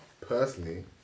personally